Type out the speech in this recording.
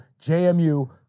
JMU